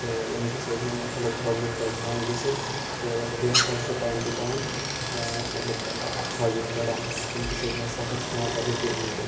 تہٕ ییٚمکہِ سۭتۍ نہٕ ہٮ۪لٕتھ پرٛابلِم تہِ ہٮ۪کہِ کانٛہہ ہاے گٔژھِتھ تہٕ بیٚیہِ ہَسا چھِ سُہ ٹایم ٹُہ ٹایم مطلب اَکھ حاجَت کَڑان ییٚمکہِ سۭتۍ نہٕ اَسِہ سَفَر چھُ پٮ۪وان کَرُن کِہیٖنۍ تہِ